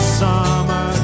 summer